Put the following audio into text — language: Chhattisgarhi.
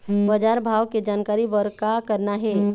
बजार भाव के जानकारी बर का करना हे?